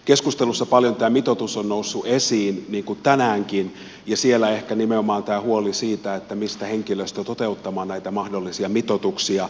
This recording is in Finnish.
keskustelussa tämä mitoitus on noussut paljon esiin niin kuin tänäänkin ja siellä ehkä nimenomaan huoli siitä mistä saadaan henkilöstö toteuttamaan näitä mahdollisia mitoituksia